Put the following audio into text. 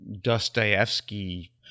dostoevsky